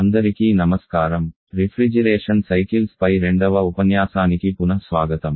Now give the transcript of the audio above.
అందరికీ నమస్కారం రిఫ్రిజిరేషన్ సైకిల్స్పై రెండవ ఉపన్యాసానికి పునః స్వాగతం